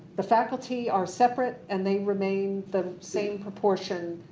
the faculty are separate and they remain the same proportion